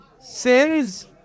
sins